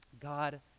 God